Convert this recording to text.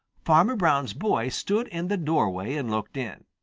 farmer brown's boy stood in the doorway and looked in.